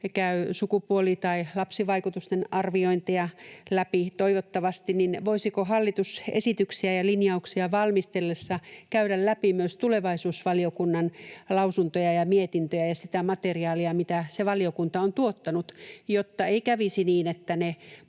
käy sukupuoli- tai lapsivaikutusten arviointeja läpi, niin voisiko hallitus esityksiä ja linjauksia valmistellessa samalla tavalla käydä läpi myös tulevaisuusvaliokunnan lausuntoja ja mietintöjä ja sitä materiaalia, mitä se valiokunta on tuottanut, jotta ne monet